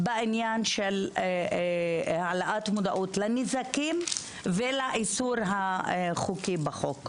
בעניין של העלאת מודעות לנזקים ולאיסור החוקי בחוק.